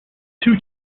two